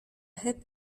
hip